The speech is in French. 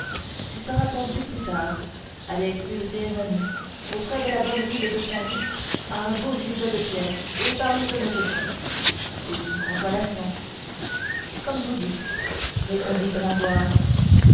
tu seras pendu plus tard avec plus de cérémonie aux frais de la bonne ville de paris à un beau gibet de pierre et par les honnêtes gens c'est une consolation comme vous dites répondit gringoire